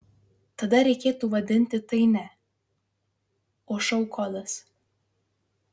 tada reikėtų vadinti tai ne o šou kodas